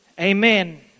Amen